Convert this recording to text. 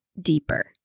deeper